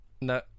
No